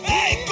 Hey